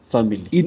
Family